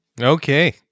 okay